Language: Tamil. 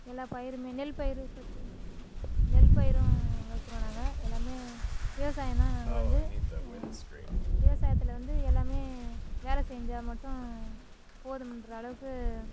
எல்லா பயிரும் நெல்பயிர் பற்றி நெல்பயிரும் வைக்கிறோம் நாங்கள் எல்லாம் விவசாயம் தான் நாங்கள் வந்து விவசாயத்தில் வந்து எல்லாம் வேலை செஞ்சால் மட்டும் போதும்ங்ன்ற அளவுக்கு